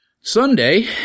Sunday